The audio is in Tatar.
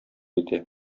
итә